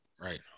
Right